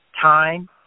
time